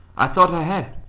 i thought i had.